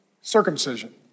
circumcision